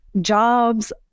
jobs